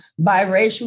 biracial